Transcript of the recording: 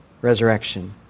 resurrection